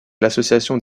l’association